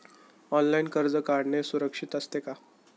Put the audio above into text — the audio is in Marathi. ऑनलाइन कर्ज काढणे सुरक्षित असते का?